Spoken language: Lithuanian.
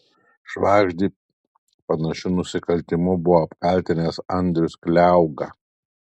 švagždį panašiu nusikaltimu buvo apkaltinęs andrius kliauga